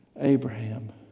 Abraham